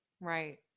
Right